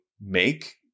make